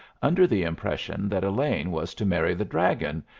under the impression that elaine was to marry the dragon,